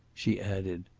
she added.